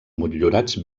motllurats